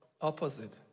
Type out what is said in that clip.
Opposite